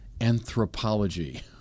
anthropology